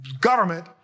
government